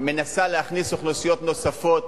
שמנסה להכניס אוכלוסיות נוספות,